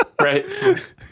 Right